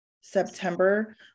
September